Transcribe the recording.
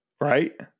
Right